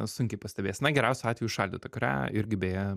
sunkiai pastebėsi na geriausiu atveju šaldytą kurią irgi beje